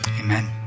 amen